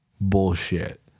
Bullshit